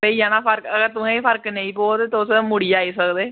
पेई जाना फर्क अगर तुसेंगी फर्क नेईं पौग ते तुस मुड़ियै आई सकदे